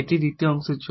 এটি দ্বিতীয় অংশের জন্য